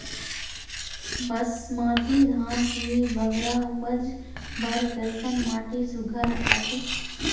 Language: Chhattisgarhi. बासमती धान के बगरा उपज बर कैसन माटी सुघ्घर रथे?